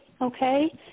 okay